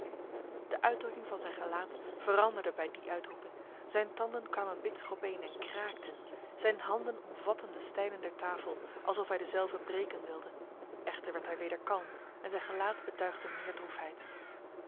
de uitdrukking van zijn gelaat veranderde bij die uitroeping zijn tanden kwamen bitsig opeen en kraakten zijn handen omvatten de stijlen der tafel alsof hij dezelve breken wilde echter werd hij weder kalm en zijn gelaat betuigde meer